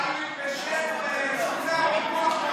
המצב הוא שאני משאיר.